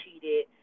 cheated